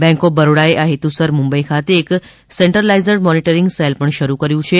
bank of Baroda એ આ હેતુસર મુંબઈ ખાતે એક સેન્ટરલાઈઝડ મોનેટેરીગ સેલ પણ કર્યું છે